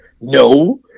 No